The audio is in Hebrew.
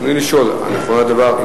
רצוני לשאול: 1. האם נכון הדבר?